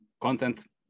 content